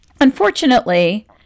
unfortunately